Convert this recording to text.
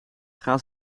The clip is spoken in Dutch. gaan